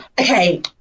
Okay